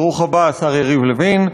ברוך הבא, השר יריב לוין.